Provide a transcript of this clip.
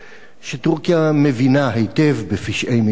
שטורקיה מבינה היטב בפשעי מלחמה,